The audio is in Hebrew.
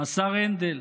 השר הנדל,